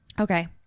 Okay